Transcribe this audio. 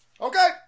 okay